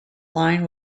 line